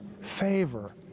favor